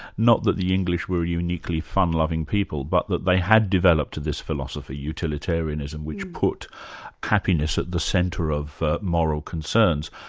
not that the english were a uniquely fun-loving people but that they had developed to this philosophy, utilitarianism, which put happiness at the centre of moral concerns.